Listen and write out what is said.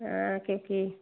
हाँ फिर ठीक